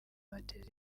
bateza